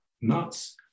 nuts